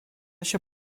się